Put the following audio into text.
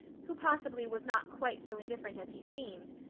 who possibly was not quite so indifferent as he seemed,